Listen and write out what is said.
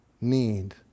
need